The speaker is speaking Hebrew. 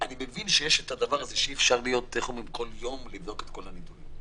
אני מבין שיש את הדבר הזה שאי אפשר כל יום לבדוק את כל הנתונים.